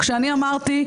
כשאני אמרתי,